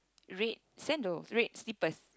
red sandals red slippers